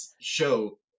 show